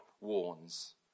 warns